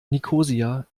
nikosia